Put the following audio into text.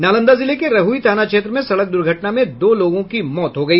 नालंदा जिले के रहुई थाना क्षेत्र में सड़क दुर्घटना में दो लोगों की मौत हो गई